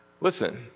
Listen